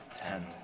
ten